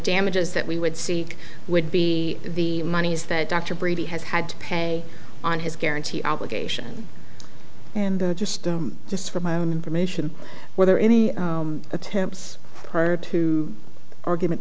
damages that we would seek would be the monies that dr brady has had to pay on his guarantee obligation and just i'm just for my own information whether any attempts prior to argument